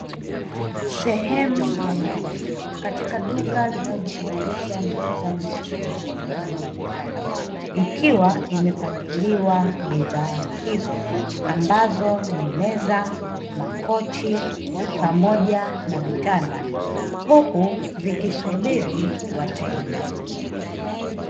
Sehemu ya ndani katika duka linalojishughulisha na uzaji wa smani za aina mbalimbali, ikiwa imepangiliwa bidhaa hizo ambazo ni meza makochi pamoja na vitanda huku vikisubiri wateja.